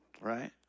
Right